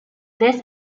this